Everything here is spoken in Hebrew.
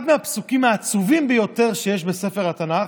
אחד מהפסוקים העצובים ביותר שיש בספר התנ"ך,